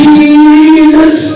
Jesus